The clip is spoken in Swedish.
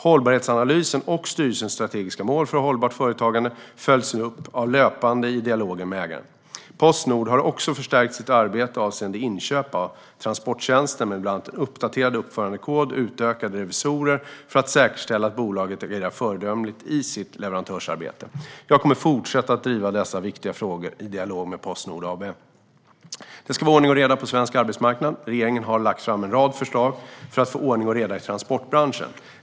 Hållbarhetsanalysen och styrelsens strategiska mål för hållbart företagande följs upp löpande i dialogen med ägaren. Postnord har också förstärkt sitt arbete avseende inköp av transporttjänster med bland annat en uppdaterad uppförandekod och utökade revisioner för att säkerställa att bolaget agerar föredömligt i sitt leverantörsarbete. Jag kommer att fortsätta att driva dessa viktiga frågor i dialog med Postnord AB. Det ska vara ordning och reda på svensk arbetsmarknad. Regeringen har lagt fram en rad förslag för att få ordning och reda i transportbranschen.